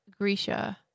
Grisha